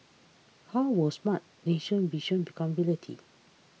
how will Smart Nation vision become reality